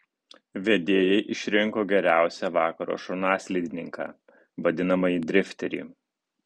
vedėjai išrinko geriausią vakaro šonaslydininką vadinamąjį drifterį